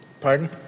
pardon